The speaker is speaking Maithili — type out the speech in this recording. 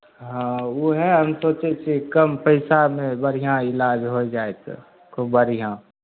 हँ उएह हम सोचै छियै कम पैसामे बढ़िआँ इलाज होय जाय तऽ खूब बढ़िआँ